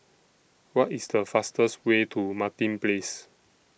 What IS The fastest Way to Martin Place